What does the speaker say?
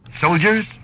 Soldiers